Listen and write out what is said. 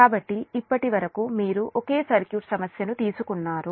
కాబట్టి ఇప్పటివరకు మీరు ఒకే సర్క్యూట్ సమస్యను తీసుకున్నారు